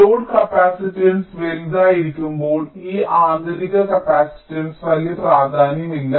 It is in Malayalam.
ലോഡ് കപ്പാസിറ്റൻസ് വലുതായിരിക്കുമ്പോൾ ഈ ആന്തരിക കപ്പാസിറ്റൻസിന് വലിയ പ്രാധാന്യമില്ല